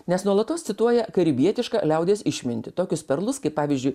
nes nuolatos cituoja karibietišką liaudies išmintį tokius perlus kaip pavyzdžiui